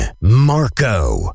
Marco